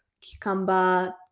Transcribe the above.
cucumber